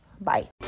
bye